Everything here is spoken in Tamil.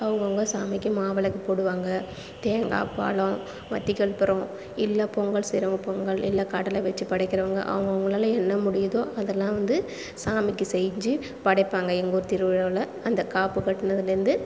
அவங்கவுங்க சாமிக்கு மாவிளக்கு போடுவாங்கள் தேங்காய் பழம் பத்தி கற்பூரம் இல்லை பொங்கல் செய்கிறவங்க பொங்கல் இல்லை கடலை வச்சு படைக்கிறவங்கள் அவங்கவுங்களால என்ன முடியுதோ அதெல்லாம் வந்து சாமிக்கு செஞ்சி படைப்பாங்கள் எங்கள் ஊர் திருவிழாவில் அந்த காப்பு கட்டுனதுலேந்து